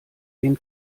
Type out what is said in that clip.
den